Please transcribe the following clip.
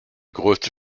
größte